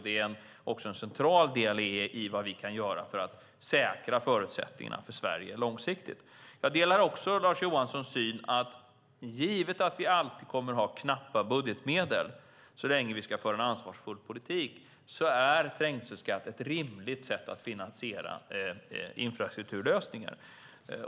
Det är också en central del i vad vi kan göra för att säkra förutsättningarna för Sverige långsiktigt. Jag delar också Lars Johanssons syn att givet att vi alltid kommer att ha knappa budgetmedel så länge vi för en ansvarsfull politik är trängselskatt ett rimligt sätt att finansiera infrastrukturlösningar.